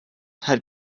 had